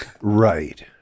Right